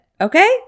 okay